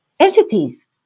Entities